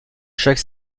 chaque